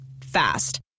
fast